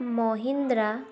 Mahindra